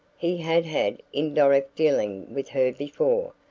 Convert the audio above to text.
he had had indirect dealing with her before,